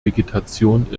vegetation